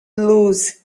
lose